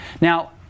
Now